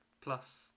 Plus